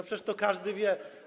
Przecież to każdy wie.